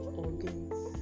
organs